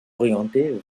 orientée